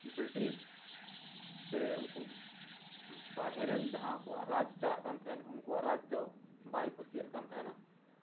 British ᱥᱮ ᱵᱟᱨᱦᱮ ᱨᱮᱱ ᱡᱟᱦᱟᱸ ᱟᱠᱚᱣᱟᱜ ᱨᱟᱡ ᱪᱟᱞᱟᱜ ᱠᱟᱱ ᱛᱟᱦᱮᱸᱱ ᱩᱱᱠᱩᱣᱟᱜ ᱨᱟᱡ ᱫᱚ ᱵᱟᱭ ᱠᱩᱥᱤᱭᱟᱜ ᱠᱟᱱ ᱛᱟᱦᱮᱸᱱᱟ